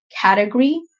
category